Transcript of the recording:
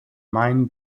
main